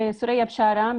וחקיקה,